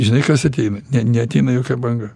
žinai kas ateina neateina jokia banga